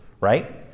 right